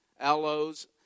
aloes